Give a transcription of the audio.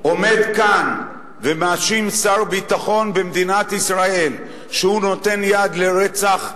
עומד כאן ומאשים שר ביטחון במדינת ישראל שהוא נותן יד לרצח יהודים?